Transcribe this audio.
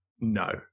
no